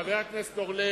חבר הכנסת אורלב,